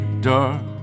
dark